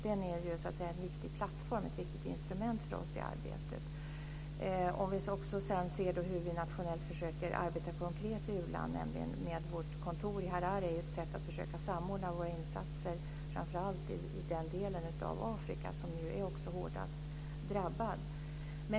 Den är en viktig plattform och ett viktigt instrument för oss i arbetet. Vi försöker också nationellt arbeta konkret i u-land. Vårt kontor i Harare är ett sätt att försöka samordna våra insatser framför allt i den del av Afrika som är hårdast drabbad.